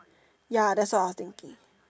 ya that's all I was thinking